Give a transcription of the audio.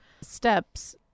steps